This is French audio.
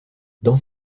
dans